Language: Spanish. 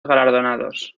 galardonados